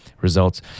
results